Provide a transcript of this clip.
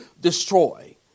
destroy